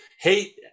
hate